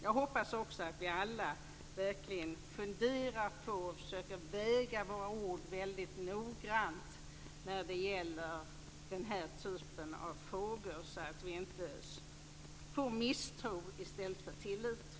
Jag hoppas också att vi alla verkligen funderar på, och försöker väga, våra ord väldigt noga i den här typen av frågor så att vi inte får misstro i stället för tillit.